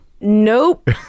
nope